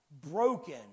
broken